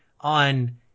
on